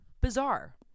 bizarre